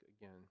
again